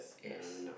yes